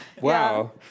Wow